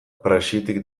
praxitik